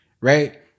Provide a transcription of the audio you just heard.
right